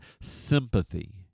sympathy